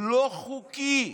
לא חוקי.